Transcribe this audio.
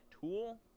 tool